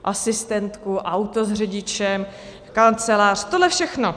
Asistentku, auto s řidičem, kancelář, tohle všechno.